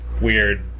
weird